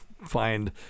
find